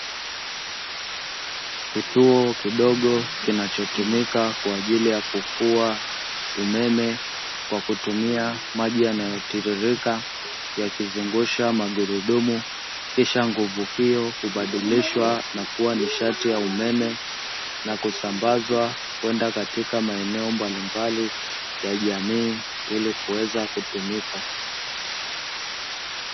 Kituo kidogo kinachotumika kwa ajili ya kufua umeme, kwa kutumia maji yanayotiririka yakizungusha magurudumu, kisha nguvu hiyo hubadilishwa na kuwa nishati ya umeme na kusambazwa kwenda katika maeneo mbalimbali ya jamii ili kuweza kutumika.